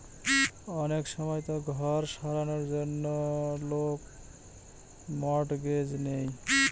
অনেক সময়তো ঘর সারানোর জন্য লোক মর্টগেজ নেয়